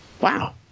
Wow